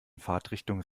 fahrtrichtung